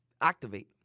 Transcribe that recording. activate